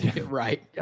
Right